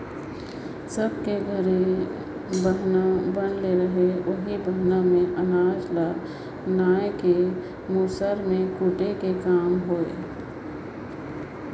सब कर घरे बहना बनले रहें ओही बहना मे अनाज ल नाए के मूसर मे कूटे कर काम होए